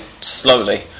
slowly